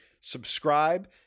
subscribe